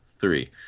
three